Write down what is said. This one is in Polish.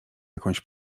jakąś